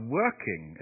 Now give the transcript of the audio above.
working